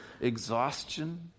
exhaustion